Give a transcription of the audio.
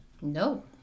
no